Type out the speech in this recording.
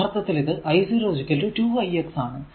യഥാർത്ഥത്തിൽ ഇത് i 0 2 i x ആണ്